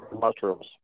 mushrooms